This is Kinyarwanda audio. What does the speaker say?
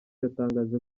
yatangaje